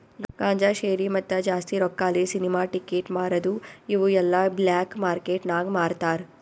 ಗಾಂಜಾ, ಶೇರಿ, ಮತ್ತ ಜಾಸ್ತಿ ರೊಕ್ಕಾಲೆ ಸಿನಿಮಾ ಟಿಕೆಟ್ ಮಾರದು ಇವು ಎಲ್ಲಾ ಬ್ಲ್ಯಾಕ್ ಮಾರ್ಕೇಟ್ ನಾಗ್ ಮಾರ್ತಾರ್